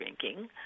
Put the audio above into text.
drinking